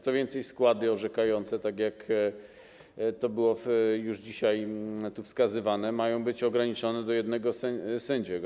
Co więcej, składy orzekające, tak jak to było już dzisiaj tu wskazywane, mają być ograniczone do jednego sędziego.